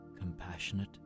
compassionate